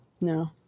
no